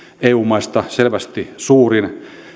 eu maista selvästi suurin